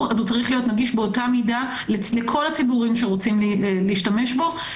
אז הוא צריך להיות נגיש באותה מידה לכל הציבורים שרוצים להשתמש בו,